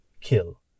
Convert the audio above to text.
kill